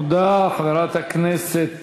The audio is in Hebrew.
תודה, חברת הכנסת